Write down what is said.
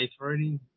already